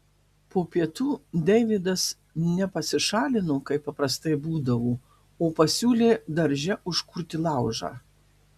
po pietų deividas ne pasišalino kaip paprastai būdavo o pasiūlė darže užkurti laužą